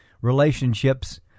relationships